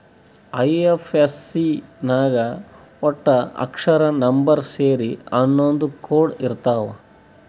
IFSC ನಾಗ್ ವಟ್ಟ ಅಕ್ಷರ, ನಂಬರ್ ಸೇರಿ ಹನ್ನೊಂದ್ ಕೋಡ್ ಇರ್ತಾವ್